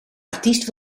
artiest